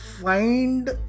find